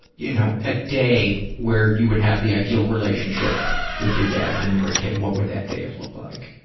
you know, a day where you would have the ideal relationship with your dad when you were a kid, what would that day have looked like?